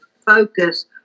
focus